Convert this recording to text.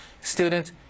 students